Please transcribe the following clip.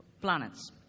planets